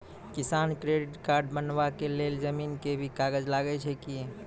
किसान credit card बनबा के लेल जमीन के भी कागज लागै छै कि?